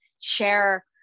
share